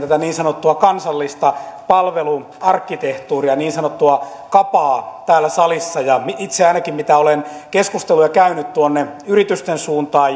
tätä niin sanottua kansallista palveluarkkitehtuuria niin sanottua kapaa täällä salissa ja itselleni ainakin mitä olen keskusteluja käynyt tuonne yritysten suuntaan